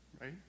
Right